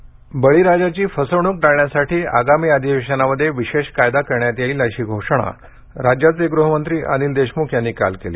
कायदा बळीराजाची फसवणूक टाळण्यासाठी आगामी अधिवेशनामध्ये विशेष कायदा करण्यात येईल अशि घोषणा राज्याचे गृहमंत्री अनिल देशमुख यांनी काल केली